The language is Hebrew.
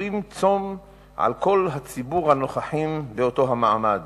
גוזרים צום על כל ציבור הנוכחים באותו מעמד,